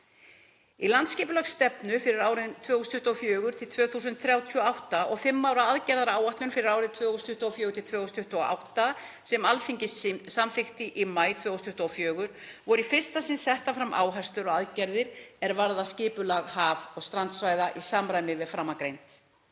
Í landsskipulagsstefnu fyrir árin 2024–2038 og fimm ára aðgerðaáætlun fyrir árið 2024–2028, sem Alþingi samþykkti í maí 2024, voru í fyrsta sinn settar fram áherslur og aðgerðir er varða skipulag haf- og strandsvæða í samræmi við framangreint.